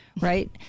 Right